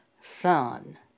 son